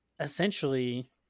essentially